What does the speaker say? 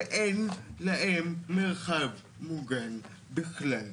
ואין להם מרחב מוגן בכלל.